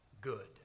good